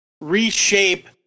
reshape